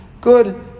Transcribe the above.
Good